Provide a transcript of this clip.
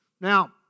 Now